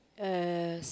uh